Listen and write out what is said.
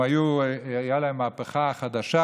הייתה להם מהפכה חדשה.